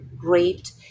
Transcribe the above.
raped